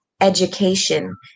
education